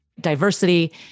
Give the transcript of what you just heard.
Diversity